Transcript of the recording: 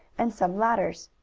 and some ladders.